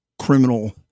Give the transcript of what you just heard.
criminal